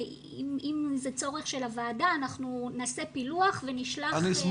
אם זה צורך של הוועדה נעשה פילוח ונשלח --- אני